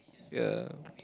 ya